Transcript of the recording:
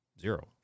zero